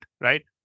right